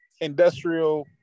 industrial